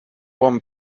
bon